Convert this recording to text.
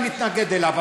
אני מתנגד לו,